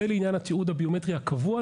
זה לעניין התיעוד הביומטרי הקבוע.